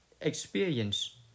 experience